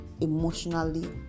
emotionally